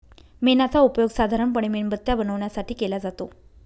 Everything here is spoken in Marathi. मेणाचा उपयोग साधारणपणे मेणबत्त्या बनवण्यासाठी केला जातो